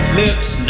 lips